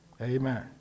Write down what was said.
Amen